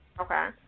Okay